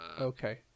Okay